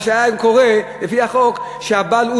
מה שהיה קורה לפי החוק זה שהבעל הוא